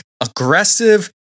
aggressive